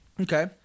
Okay